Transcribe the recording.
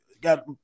got